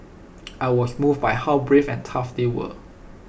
I was moved by how brave and tough they were